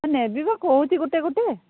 ନେବି ପା କହୁଛି ଗୋଟେ ଗୋଟେ